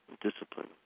discipline